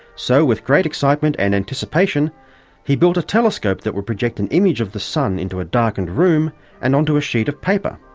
so with great excitement and anticipation he built a telescope that would project an image of the sun into a darkened room and onto a sheet of paper,